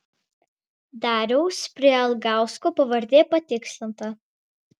dariaus prialgausko pavardė patikslinta